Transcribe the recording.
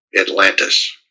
Atlantis